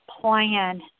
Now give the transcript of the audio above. plan